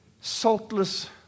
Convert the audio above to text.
saltless